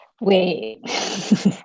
Wait